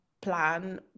plan